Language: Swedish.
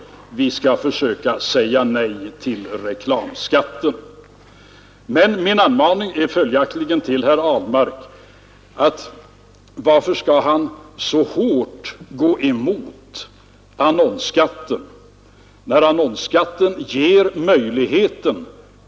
Vi skall försöka säga nej till reklamskatten.” Min fråga till herr Ahlmark är alltså: Varför går herr Ahlmark så hårt emot annonsskatten, när den ju ger den fria pressen sådana möjligheter?